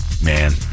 man